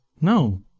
No